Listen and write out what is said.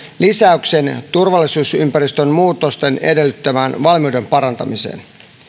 lisäyksen turvallisuusympäristön muutosten edellyttämään valmiuden parantamiseen